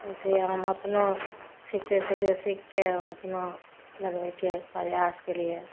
वैसे ही हम अपनो सिखते सिखते सीखके हम अपनो लगबैके प्रयास केलियै